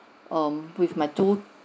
um with my two